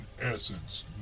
essence